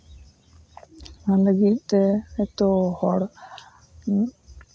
ᱚᱱᱟ ᱞᱟᱹᱜᱤᱫ ᱛᱮ ᱦᱚᱭᱛᱳ ᱦᱚᱲ